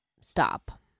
stop